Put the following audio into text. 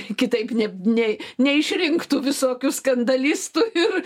kitaip ne ne neišrinktų visokių skandalistų ir